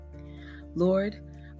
Lord